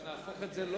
שנהפוך את זה,